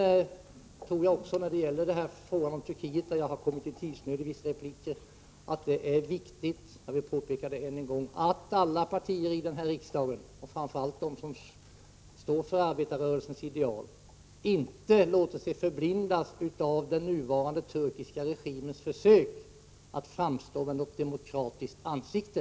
Beträffande Turkietfrågan, där jag i vissa repliker har kommit i tidsnöd, vill jag än en gång påpeka att det är viktigt att alla partier i riksdagen, framför allt de som står för arbetarrörelsens ideal, inte låter sig förblindas av den nuvarande turkiska regimens försök att framställa sig som om den har ett demokratiskt ansikte.